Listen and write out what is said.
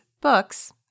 books